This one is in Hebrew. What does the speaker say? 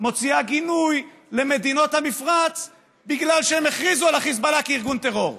הוציאו גינוי למדינות המפרץ על זה שהן הכריזו על חיזבאללה כארגון טרור,